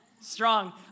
Strong